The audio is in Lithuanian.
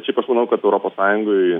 šiaip aš manau kad europos sąjungoj